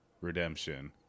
Redemption